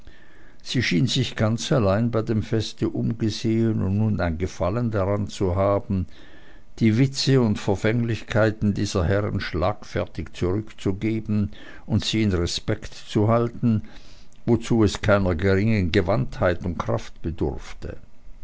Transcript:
sie schien sich ganz allein bei dem feste umgesehen und nun ein gefallen daran zu haben die witze und verfänglichkeiten dieser herren schlagfertig zurückzugeben und sie in respekt zu halten wozu es keiner geringen gewandtheit und kraft bedurfte